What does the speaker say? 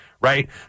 right